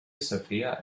sophia